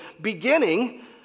beginning